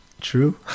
True